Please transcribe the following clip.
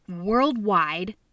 worldwide